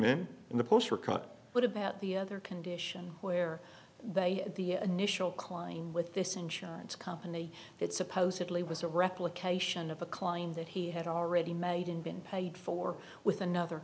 cut what about the other condition where they the initial klein with this insurance company that supposedly was a replication of a klein that he had already made and been paid for with another